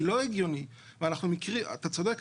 אתה צודק,